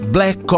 Black